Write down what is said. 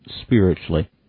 spiritually